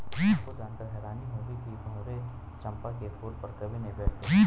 आपको जानकर हैरानी होगी कि भंवरे चंपा के फूल पर कभी नहीं बैठते